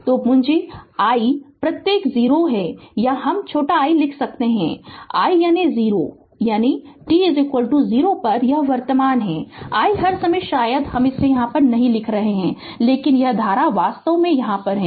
तो पूंजी I प्रत्यय 0 है या हम छोटा i लिख सकते हैं i यानी 0 यानी t 0 पर यह वर्तमान है i हर समय शायद हम इसे नहीं लिख रहे हैं लेकिन यह धारा वास्तव में यहाँ है